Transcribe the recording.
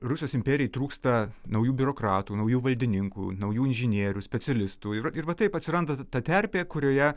rusijos imperijai trūksta naujų biurokratų naujų valdininkų naujų inžinierių specialistų ir ir va taip atsiranda ta terpė kurioje